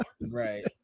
Right